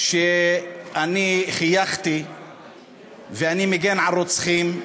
שאני חייכתי ואני מגן על רוצחים,